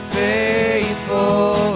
faithful